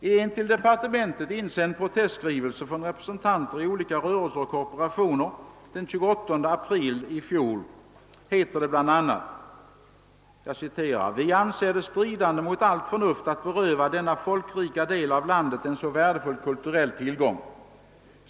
I en till departementet insänd protestskrivelse från representanter för olika rörelser och korporationer den 28 april i fjol heter det bl.a.: »Vi anser det stridande mot allt förnuft att beröva denna folkrika del av landet en så värdefull kulturell tillgång.